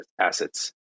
assets